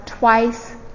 Twice